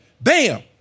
Bam